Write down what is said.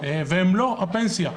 והן לא הפנסיה.